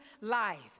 life